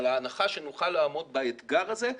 על ההנחה שנוכל לעמוד באתגר הזה.